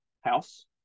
House